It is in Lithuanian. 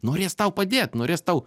norės tau padėt norės tau